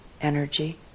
energy